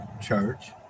church